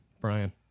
Brian